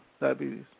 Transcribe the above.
diabetes